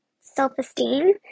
self-esteem